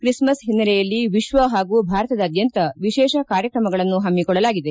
Christmas ಒನ್ನೆಲೆಯಲ್ಲಿ ವಿಶ್ವ ಹಾಗೂ ಭಾರತದಾದ್ಯಂತ ವಿಶೇಷ ಕಾರ್ಯಕ್ರಮಗಳನ್ನು ಹಮ್ಮಿಕೊಳ್ಳಲಾಗಿದೆ